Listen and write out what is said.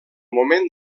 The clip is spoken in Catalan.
moment